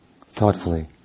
thoughtfully